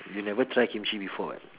you never try kimchi before [what]